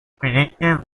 predicts